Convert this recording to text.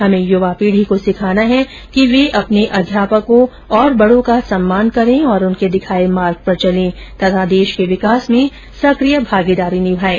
हमें यूवा पीढ़ी को सिखाना है कि वे अपने अध्यापकों और बड़ों का सम्मान करें और उनके दिखाए मार्ग पर चलें तथा देश के विकास में सक्रिय भागीदारी निभाएं